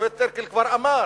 השופט טירקל כבר אמר